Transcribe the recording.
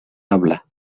habla